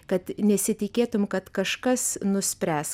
kad nesitikėtum kad kažkas nuspręs